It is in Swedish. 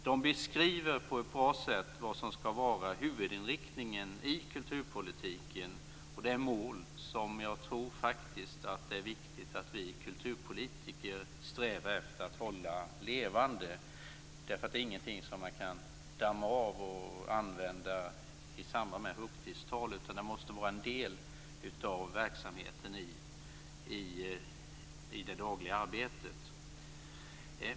De beskriver på ett bra sätt vad som skall vara huvudinriktningen i kulturpolitiken, och det är mål som jag tror att det är viktigt att vi kulturpolitiker strävar efter att hålla levande. De är ingenting som man kan damma av och använda i samband med högtidstal, utan de måste vara en del av verksamheten i det dagliga arbetet.